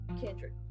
Kendrick